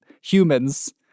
humans